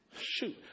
Shoot